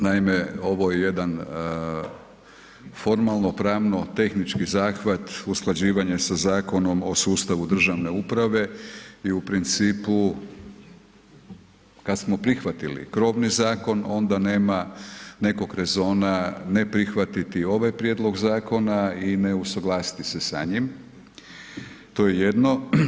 Naime, ovo je jedan formalno-pravno-tehnički zahvat usklađivanja sa Zakonom o sustavu državne uprave i u principu kad smo prihvatili krovni zakon, onda nema nekog rezona ne prihvatiti ovaj prijedlog zakona i ne usuglasiti se sa njim, to je jedno.